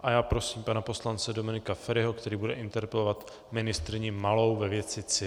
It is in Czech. A já prosím pana poslance Dominika Feriho, který bude interpelovat ministryni Malou ve věci civil.